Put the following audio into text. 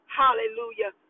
hallelujah